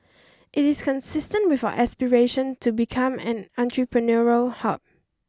it is consistent with our aspiration to become an entrepreneurial hub